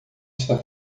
está